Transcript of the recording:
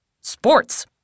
Sports